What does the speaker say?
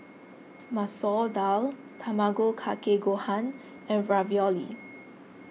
Masoor Dal Tamago Kake Gohan and Ravioli